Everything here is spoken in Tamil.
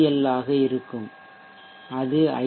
எல் ஆக இருக்கும் அது ஐ